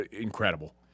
incredible